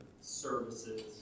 services